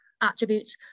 attributes